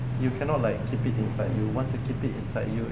you cannot like keep it inside you once you keep it inside you